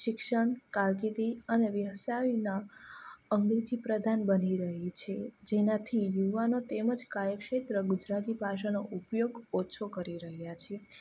શિક્ષણ કારકિર્દી અને વ્યવસાયના અંગ્રેજી પ્રધાન બની રહી છે જેનાથી યુવાનો તેમજ કાર્યક્ષેત્ર ગુજરાતી ભાષાનો ઉપયોગ ઓછો કરી રહ્યાં છે